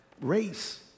Race